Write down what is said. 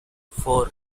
four